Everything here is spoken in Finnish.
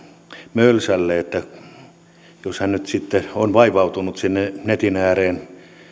mölsälle jos hän nyt sitten on vaivautunut sinne netin ääreen